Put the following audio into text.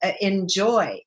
enjoy